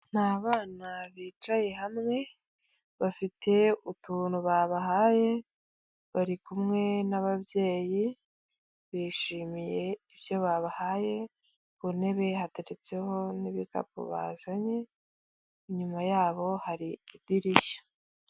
Ni abana bicaye hamwe, bafite utuntu babahaye, bari kumwe n'ababyeyi, bishimiye ibyo babahaye, ku ntebe hateretseho n'ibikapu bazanye, inyuma yabo hari idirishya.